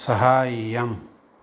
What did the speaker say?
सहाय्यम्